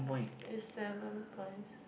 is seven points